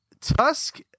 tusk